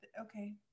okay